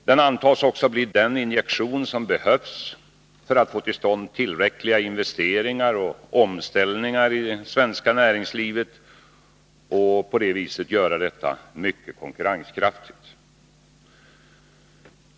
Den antas också bli den injektion som behövs för att få till stånd tillräckliga investeringar och omställningar i det svenska näringslivet och på det viset göra detta mycket konkurrenskraftigt.